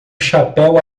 chapéu